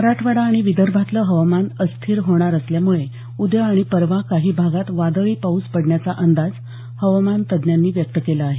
मराठवाडा आणि विदर्भातलं हवामान अस्थिर होणार असल्यामुळे उद्या आणि परवा काही भागांत वादळी पाऊस पडण्याचा अंदाज हवामान तज्ज्ञांनी व्यक्त केला आहे